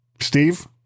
Steve